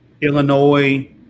Illinois